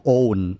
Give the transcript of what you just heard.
own